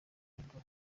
nibwo